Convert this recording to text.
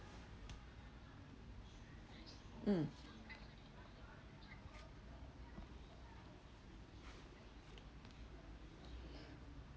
mm